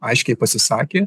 aiškiai pasisakė